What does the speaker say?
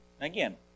Again